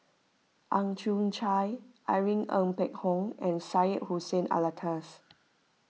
Ang Chwee Chai Irene Ng Phek Hoong and Syed Hussein Alatas